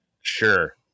sure